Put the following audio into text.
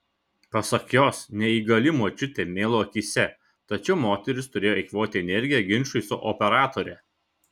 pasak jos neįgali močiutė mėlo akyse tačiau moteris turėjo eikvoti energiją ginčui su operatore